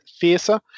fiercer